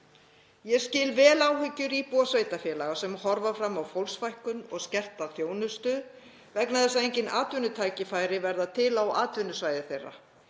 Ég skil vel áhyggjur íbúa sveitarfélaga sem horfa fram á fólksfækkun og skerta þjónustu vegna þess að engin atvinnutækifæri verða til á atvinnusvæði þeirra.